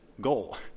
goal